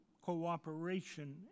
cooperation